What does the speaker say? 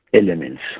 elements